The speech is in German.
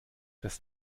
das